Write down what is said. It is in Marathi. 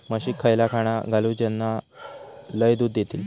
म्हशीक खयला खाणा घालू ज्याना लय दूध देतीत?